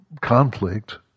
conflict